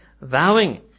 vowing